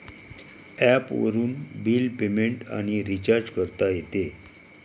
ॲपवरून bill payment आणि recharge करता येते